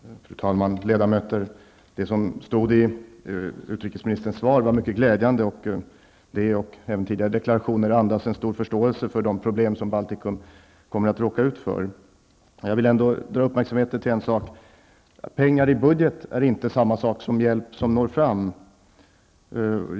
Fru talman, ärade ledamöter! Det som stod i utrikesministerns svar var mycket glädjande. Även tidigare deklarationer vittnar om en stor förståelse för de problem som Baltikum kommer att råka ut för. Jag vill ändå fästa uppmärksamheten på en sak. Pengar i en budget är inte detsamma som hjälp som når fram.